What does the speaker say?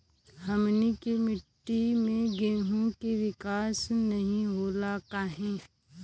हमनी के मिट्टी में गेहूँ के विकास नहीं होला काहे?